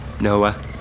Noah